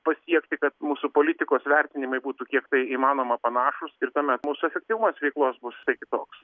pasiekti kad mūsų politikos vertinimai būtų kiek tai įmanoma panašūs ir tuomet mūsų efektyvumas veiklos bus visai kitoks